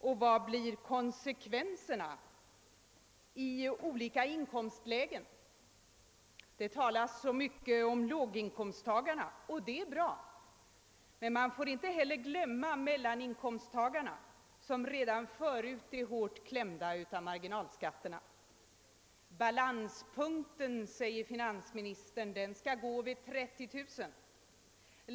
Vilka blir konsekvenserna i olika inkomstlägen? Det talas mycket om låginkomsttagarna, och det är bra, men man får inte glömma mellaninkomsttagarna, som redan förut är hårt klämda av marginalskatterna. Balanspunkten, säger finansministern, skall ligga vid 30 000 kronor.